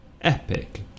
Epic